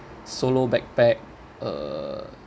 solo backpack uh